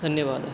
धन्यवादः